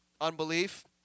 unbelief